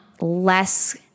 less